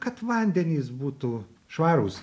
kad vandenys būtų švarūs